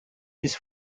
his